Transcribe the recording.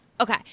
Okay